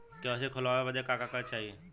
KYC खोलवावे बदे का का कागज चाही?